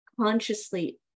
consciously